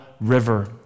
River